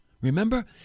Remember